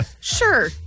Sure